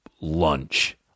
lunch